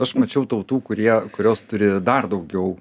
aš mačiau tautų kurie kurios turi dar daugiau